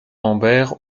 lambert